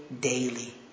daily